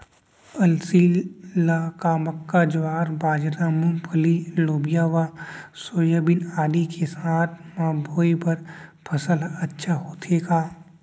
अलसी ल का मक्का, ज्वार, बाजरा, मूंगफली, लोबिया व सोयाबीन आदि के साथ म बोये बर सफल ह अच्छा होथे का?